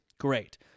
Great